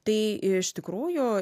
tai iš tikrųjų